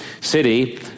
city